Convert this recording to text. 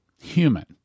human